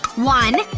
one.